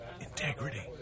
integrity